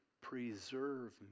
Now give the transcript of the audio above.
preserve